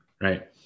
right